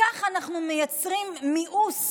כך אנחנו מייצרים מיאוס